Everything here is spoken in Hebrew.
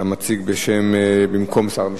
אתה מציג במקום שר המשפטים.